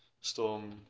Storm